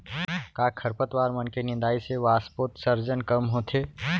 का खरपतवार मन के निंदाई से वाष्पोत्सर्जन कम होथे?